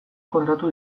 kontatu